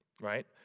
right